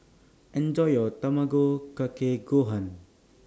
Enjoy your Tamago Kake Gohan